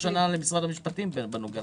למשרד המשפטים בנוגע לכך.